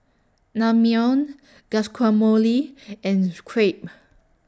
Naengmyeon Guacamole and Crepe